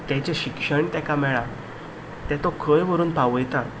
तेचें शिक्षण ताका मेळ्ळां तें तो खंय व्हरून पावयता